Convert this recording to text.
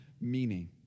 meaning